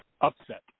upset